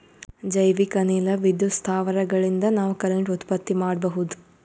ಜೈವಿಕ್ ಅನಿಲ ವಿದ್ಯುತ್ ಸ್ಥಾವರಗಳಿನ್ದ ನಾವ್ ಕರೆಂಟ್ ಉತ್ಪತ್ತಿ ಮಾಡಬಹುದ್